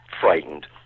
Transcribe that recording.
frightened